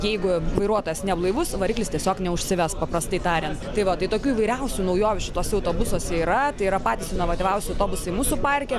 jeigu vairuotojas neblaivus variklis tiesiog neužsives paprastai tariant tai va tai tokių įvairiausių naujovių šituos autobusuose yra tai yra patys inovatyviausi autobusai mūsų parke